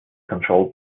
controlled